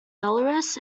belarus